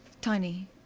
Tiny